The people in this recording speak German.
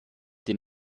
den